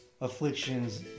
afflictions